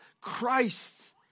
Christ